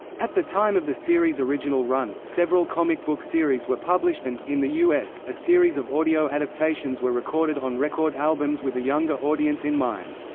at the time of the series' original run, several comic book series were published and, in the us, a series of audio adaptations were recorded on record albums with the younger audience in mind.